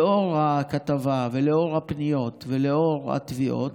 לאור הכתבה, לאור הפניות ולאור התביעות,